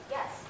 Yes